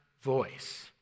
voice